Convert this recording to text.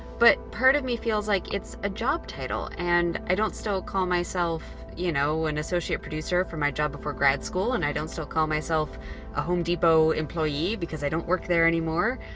but part of me feels like it's a job title, and i don't still call myself an you know and associate producer for my job before grad school. and i don't still call myself a home depot employee because i don't work there anymore.